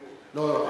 ועדת הכנסת, לא, לא.